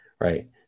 right